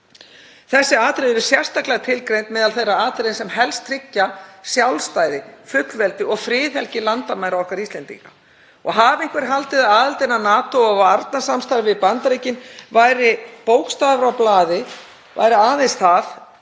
Þessi atriði eru sérstaklega tilgreind meðal þeirra atriða sem helst tryggja sjálfstæði, fullveldi og friðhelgi landamæra okkar Íslendinga. Og hafi einhver haldið að aðildin að NATO og varnarsamstarfið við Bandaríkin væri aðeins bókstafur á blaði og aðeins til